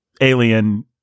alien